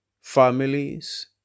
families